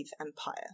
empire